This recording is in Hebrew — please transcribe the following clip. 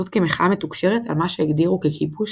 זאת כמחאה מתוקשרת על מה שהגדירו ככיבוש,